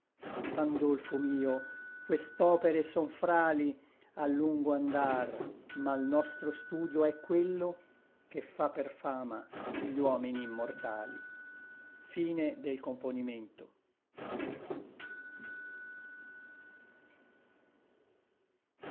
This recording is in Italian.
pandolfo mio quest'opere son frali a llungo andar ma l nostro studio è quello che fa per fama gli uomini immortali mai